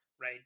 right